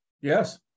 Yes